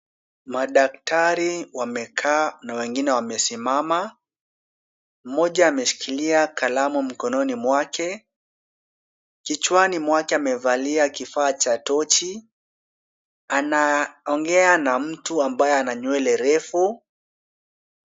Madaktari wamekaa na wengine wamesimama. Mmoja ameshikilia kalamu mkononi mwake. Kichwani mwake amevalia kifaa cha torch . Anaongea na mtu ambaye ana nywele refu.